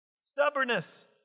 Stubbornness